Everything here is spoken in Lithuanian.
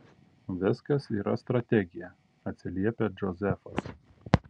viskas yra strategija atsiliepia džozefas